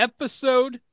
Episode